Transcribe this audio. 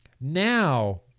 Now